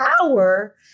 power